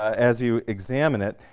as you examine it,